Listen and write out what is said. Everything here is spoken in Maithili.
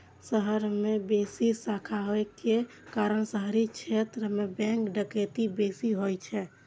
शहर मे बेसी शाखा होइ के कारण शहरी क्षेत्र मे बैंक डकैती बेसी होइ छै